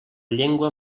llengua